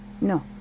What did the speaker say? no